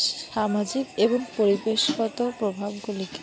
সামাজিক এবং পরিবেশগত প্রভাবগুলিকে